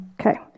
Okay